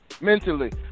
mentally